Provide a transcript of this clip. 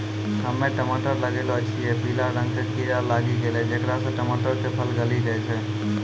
हम्मे टमाटर लगैलो छियै पीला रंग के कीड़ा लागी गैलै जेकरा से टमाटर के फल गली जाय छै?